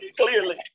clearly